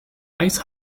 ice